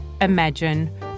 imagine